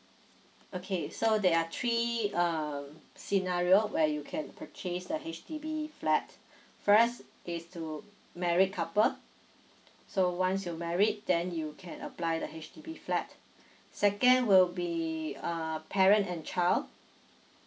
okay so there are three uh scenario where you can purchase the H_D_B flat first is to married couple so once you married then you can apply the H_D_B flat second will be uh parent and child